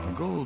go